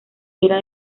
era